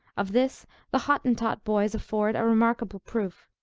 of this the hottentot boys afford a remarkable proof.